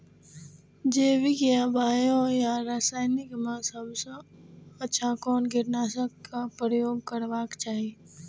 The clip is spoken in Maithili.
जैविक या बायो या रासायनिक में सबसँ अच्छा कोन कीटनाशक क प्रयोग करबाक चाही?